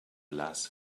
las